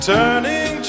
Turning